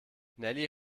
nelly